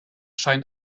scheint